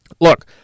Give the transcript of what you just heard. Look